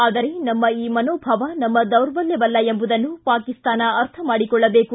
ಆದರೆ ನಮ್ಮ ಈ ಮನೋಭಾವ ನಮ್ಮ ದೌರ್ಬಲ್ಯವಲ್ಲ ಎಂಬುದನ್ನು ಪಾಕಿಸ್ತಾನ ಅರ್ಥ ಮಾಡಿಕೊಳ್ಳಬೇಕು